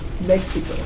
Mexico